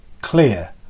clear